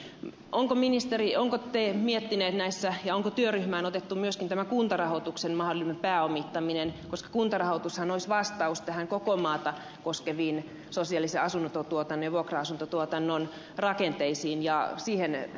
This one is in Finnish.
oletteko te ministeri miettinyt ja onko työryhmän listalle otettu myöskin tämä kuntarahoituksen mahdollinen pääomittaminen koska kuntarahoitushan olisi vastaus koko maata koskeviin sosiaalisen asuntotuotannon ja vuokra asuntotuotannon rakenteisiin ja rahoittamiseen